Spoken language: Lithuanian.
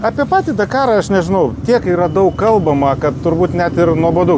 apie patį dakarą aš nežinau tiek yra daug kalbama kad turbūt net ir nuobodu